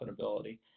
profitability